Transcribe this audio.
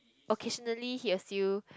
occasionally he will still